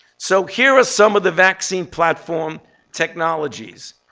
so here are some of the vaccine platform technologies.